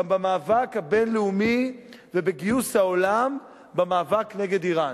גם במאבק הבין-לאומי ובגיוס העולם למאבק נגד אירן.